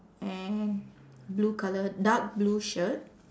and blue colour dark blue shirt